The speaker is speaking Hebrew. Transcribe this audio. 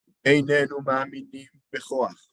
איננו מאמינים בכוח.